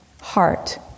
heart